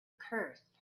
curse